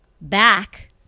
back